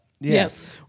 Yes